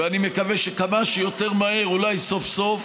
ואני מקווה שכמה שיותר מהר, אולי סוף-סוף